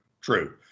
true